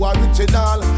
original